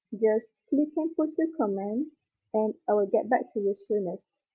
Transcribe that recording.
just click and post your comment and i will get back to the soonest.